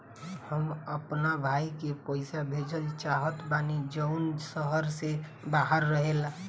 हम अपना भाई के पइसा भेजल चाहत बानी जउन शहर से बाहर रहेला